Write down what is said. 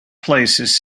places